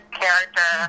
character